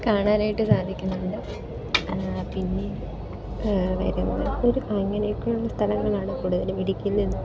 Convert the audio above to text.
കാണാനായിട്ട് സാധിക്കുന്നുണ്ട് പിന്നെ വേറെ ഒരു അങ്ങനെയൊക്കെ ഉള്ള ഒരു സ്ഥലങ്ങളാണ് കൂടുതലും ഇടുക്കിയിൽ നിന്നും